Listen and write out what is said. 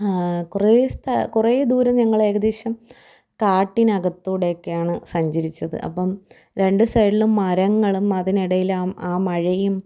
കുറേ കുറേ ദൂരം ഞങ്ങളേകദേശം കാട്ടിനകത്തൂടൊക്കെയാണ് സഞ്ചരിച്ചത് അപ്പോള് രണ്ട്സൈഡിലും മരങ്ങളും അതിനിടയിൽ ആ ആ മഴയും